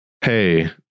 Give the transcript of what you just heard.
Hey